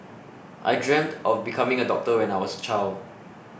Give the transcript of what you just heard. I dreamt of becoming a doctor when I was a child